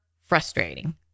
frustrating